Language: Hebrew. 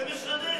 זה משנה,